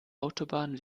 autobahn